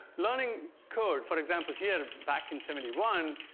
learning code for example, here back in seventy one,